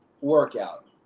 workout